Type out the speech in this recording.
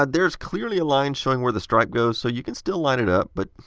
but there is clearly a line showing where the stripe goes so you can still line it up. but,